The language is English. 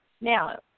now